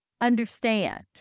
understand